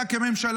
כממשלה,